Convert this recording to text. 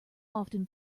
often